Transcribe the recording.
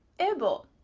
ible.